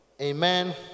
Amen